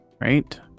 right